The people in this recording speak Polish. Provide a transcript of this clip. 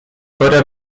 pora